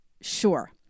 sure